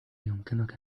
يمكنك